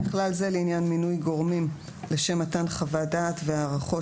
ובכלל זה לעניין מינוי גורמים לשם מתן חוות דעת והערכות